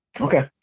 Okay